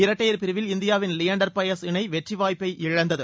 இரட்டையர் பிரிவில் இந்தியாவின் லியாண்டர் பயஸ் இணை வெற்றி வாய்ப்பை இழந்தது